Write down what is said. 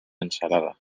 ensalada